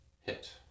Hit